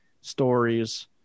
stories